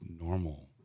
normal